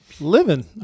living